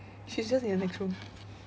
she's just in the next room